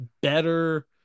better